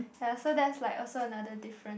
ya so that's like also another different